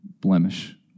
blemish